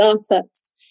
startups